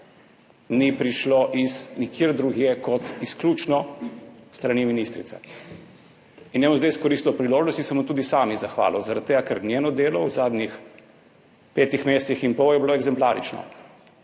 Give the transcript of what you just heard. ni prišlo iz nikjer drugje kot izključno s strani ministrice. In jaz bom zdaj izkoristil priložnost in se ji bom tudi sam zahvalil zaradi tega, ker je bilo njeno delo v zadnjih petih mesecih in pol eksemplarično.